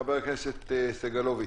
חבר הכנסת סגלוביץ'.